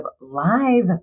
live